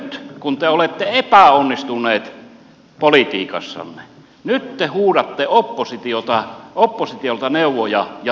mutta nyt kun te olette epäonnistuneet politiikassanne te huudatte oppositiolta neuvoja ja sitä tulemaan apuun